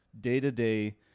day-to-day